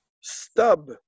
stub